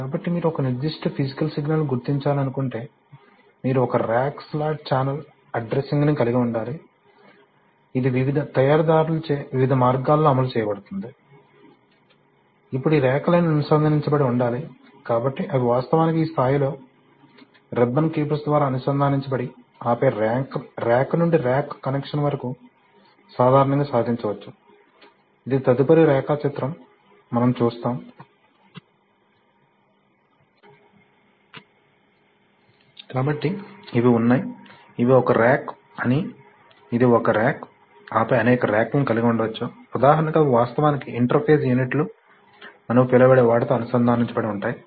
కాబట్టి మీరు ఒక నిర్దిష్ట ఫీజికల్ సిగ్నల్ ని గుర్తించాలనుకుంటే మీరు ఒక రాక్ స్లాట్ ఛానల్ అడ్డ్రెస్సింగ్ ను కలిగి ఉండాలి ఇది వివిధ తయారీదారులచే వివిధ మార్గాల్లో అమలు చేయబడుతుంది ఇప్పుడు ఈ రాక్లన్నీ అనుసంధానించబడి ఉండాలి కాబట్టి అవి వాస్తవానికి ఈ స్థాయిలో రిబ్బన్ కేబుల్స్ ద్వారా అనుసంధానించబడి ఆపై ర్యాక్ నుండి ర్యాక్ కనెక్షన్ వరకు సాధారణంగా సాధించవచ్చు ఇది తదుపరి రేఖాచిత్రం మనం చూస్తాము కాబట్టి ఇవి ఉన్నాయి ఇది ఒక ర్యాక్ అని ఇది ఒక రాక్ ఆపై అనేక రాక్లను కలిగి ఉండవచ్చు ఉదాహరణకు అవి వాస్తవానికి ఇంటర్ఫేస్ యూనిట్లు అని పిలవబడే వాటితో అనుసంధానించబడి ఉంటాయి